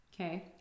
okay